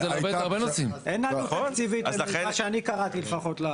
אין עלות תקציבית לפי מה שאני קראתי לפחות.